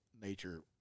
Nature